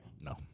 No